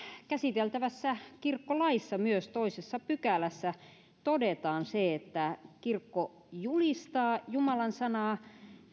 käsiteltävässä kirkkolaissa toisessa pykälässä todetaan se että kirkko julistaa jumalan sanaa